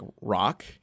Rock